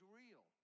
real